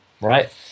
right